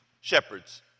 shepherds